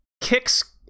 kicks